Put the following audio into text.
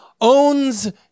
owns